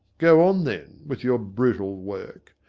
go on, then, with your brutal work.